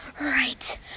right